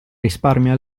risparmia